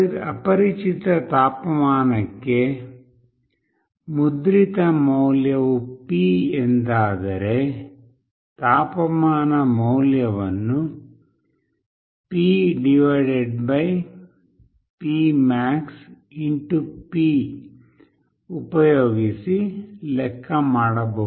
ಅಪರಿಚಿತ ತಾಪಮಾನಕ್ಕೆ ಮುದ್ರಿತ ಮೌಲ್ಯವು P ಎಂದಾದರೆ ತಾಪಮಾನ ಮೌಲ್ಯವನ್ನು 50 P max P ಉಪಯೋಗಿಸಿ ಲೆಕ್ಕ ಮಾಡಬಹುದು